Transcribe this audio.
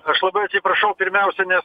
aš labai atsiprašau pirmiausia ne